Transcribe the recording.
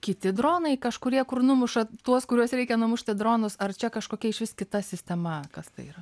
kiti dronai kažkurie kur numuša tuos kuriuos reikia numušti dronus ar čia kažkokia išvis kita sistema kas tai yra